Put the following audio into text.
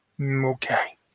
Okay